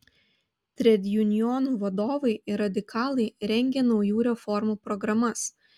tredjunionų vadovai ir radikalai rengė naujų reformų programas